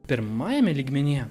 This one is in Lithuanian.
pirmajame lygmenyje